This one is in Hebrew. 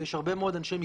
ויש הרבה מאוד אנשי מקצוע.